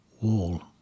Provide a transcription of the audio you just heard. wall